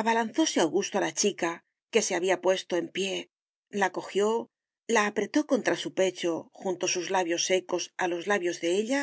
abalanzóse augusto a la chica que se había ya puesto en pie la cojió la apretó contra su pecho juntó sus labios secos a los labios de ella